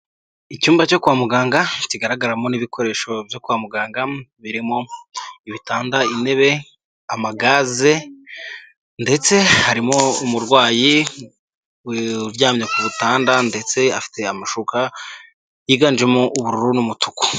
Icyumba cyo kwa muganga kigaragaramo n'ibikoresho byo kwa muganga birimo ibitanda intebe amagaze ndetse harimo umurwayi uryamye ku butanda, ndetse afite amashuka yiganjemo ubururu n'umutuku.